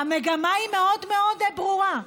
המגמה היא מאוד מאוד ברורה.